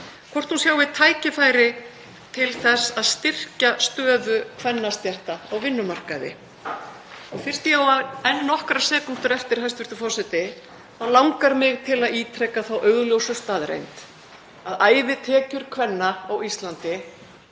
vinnumarkaði, til þess að styrkja stöðu kvennastétta á vinnumarkaði. Fyrst ég á enn nokkrar sekúndur eftir, hæstv. forseti, þá langar mig til að ítreka þá augljósu staðreynd að ævitekjur kvenna á Íslandi,